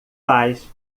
faz